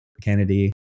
Kennedy